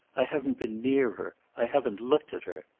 i haven't been near her. i haven't looked at her.